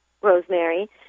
rosemary